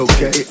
Okay